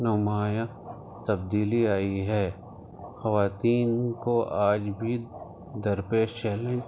نمایاں تبدیلی آئی ہے خواتین کو آج بھی درپیش چیلنج